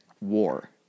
war